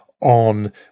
on